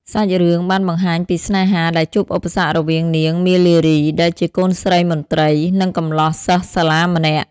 សាច់រឿងបានបង្ហាញពីស្នេហាដែលជួបឧបសគ្គរវាងនាង មាលារី ដែលជាកូនស្រីមន្ត្រី និងកំលោះសិស្សសាលាម្នាក់។